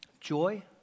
Joy